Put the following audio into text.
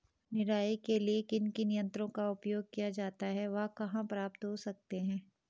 निराई के लिए किन किन यंत्रों का उपयोग किया जाता है वह कहाँ प्राप्त हो सकते हैं?